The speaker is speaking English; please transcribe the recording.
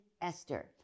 Esther